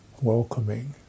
welcoming